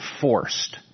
forced